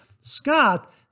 Scott